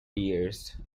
years